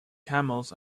camels